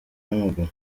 n’amaguru